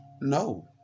no